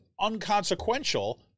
unconsequential